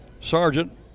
sergeant